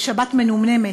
בשבת מנומנמת,